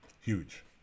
huge